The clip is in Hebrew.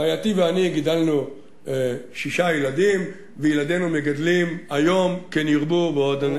רעייתי ואני גידלנו שישה ילדים וילדינו מגדלים היום 16